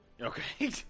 Okay